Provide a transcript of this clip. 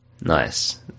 Nice